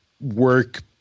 work